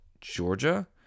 Georgia